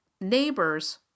neighbors